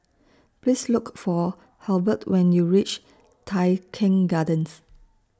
Please Look For Halbert when YOU REACH Tai Keng Gardens